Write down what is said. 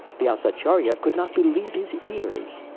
vyasacharya could not believe his ears.